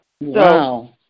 Wow